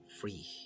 free